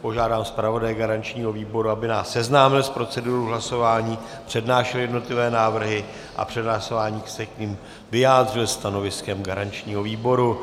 Požádám zpravodaje garančního výboru, aby nás seznámil s procedurou hlasování, přednášel jednotlivé návrhy a před hlasováním se k nim vyjádřil stanoviskem garančního výboru.